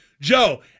Joe